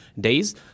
days